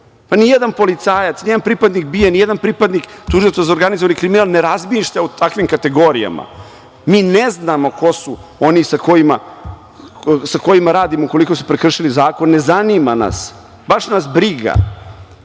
Nijedan policajac, nijedan pripadnik BIA, nijedan pripadnik Tužilaštva za organizovani kriminal ne razmišlja o takvim kategorijama. Mi ne znamo ko su oni sa kojima radimo, ukoliko su prekršili zakon, ne zanima nas, baš nas